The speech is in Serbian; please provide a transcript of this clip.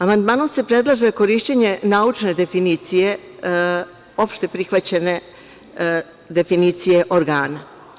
Amandmanom se predlaže korišćenje naučne definicije, opšteprihvaćene definicije organa.